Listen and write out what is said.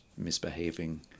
Misbehaving